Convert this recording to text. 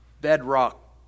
bedrock